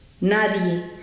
Nadie